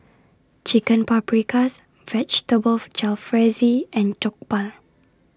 Chicken Paprikas Vegetable Jalfrezi and Jokbal